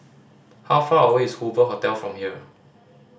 how far away is Hoover Hotel from here